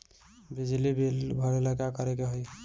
बिजली बिल भरेला का करे के होई?